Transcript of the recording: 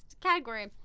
category